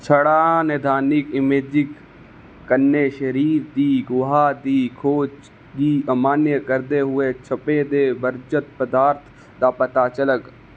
छड़ा नैदानिक इमेजिंग कन्नै शरीर दी गुहा दी खोज गी अमान्य करदे होई छप्पे दे बरजत पदार्थ दा पता चलग